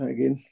Again